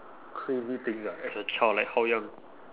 crazy things ah as a child like how young